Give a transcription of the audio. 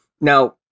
Now